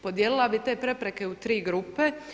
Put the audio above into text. Podijelila bih te prepreke u tri grupe.